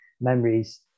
memories